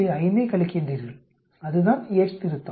5 ஐக் கழிக்கின்றீர்கள் அதுதான் யேட்ஸ் திருத்தம்